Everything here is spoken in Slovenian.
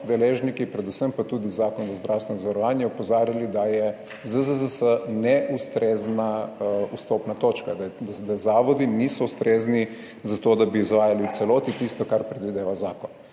deležniki, predvsem pa tudi Zakon o zdravstvenem zavarovanju opozarjali, da je ZZZS neustrezna vstopna točka, da zavodi niso ustrezni za to, da bi izvajali v celoti tisto, kar predvideva zakon.